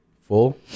full